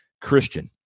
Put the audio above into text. Christian